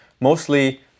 mostly